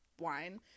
wine